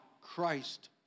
Christ